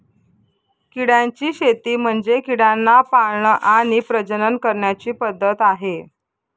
किड्यांची शेती म्हणजे किड्यांना पाळण आणि प्रजनन करण्याची पद्धत आहे